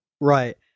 Right